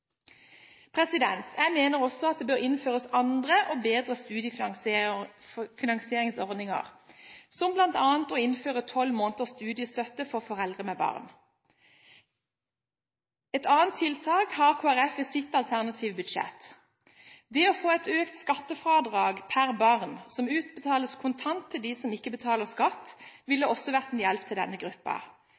Jeg mener også at det bør innføres andre og bedre studiefinansieringsordninger, som bl.a. å innføre tolv måneders studiestøtte for foreldre med barn. Et annet tiltak har Kristelig Folkeparti i sitt alternative budsjett. Et økt skattefradrag per barn som utbetales kontant til dem som ikke betaler skatt, ville også vært en hjelp til denne